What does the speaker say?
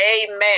amen